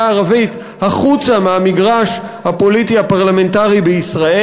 הערבית החוצה מהמגרש הפוליטי הפרלמנטרי בישראל.